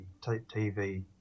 TV